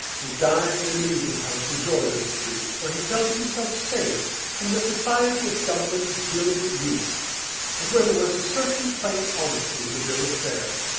he dined in an eating-house in george's street where he felt himself safe from the society of dublin's gilded youth and where there was a certain plain honesty in the bill of fare.